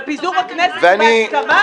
אבל פיזור הכנסת זה בהסכמה.